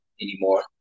anymore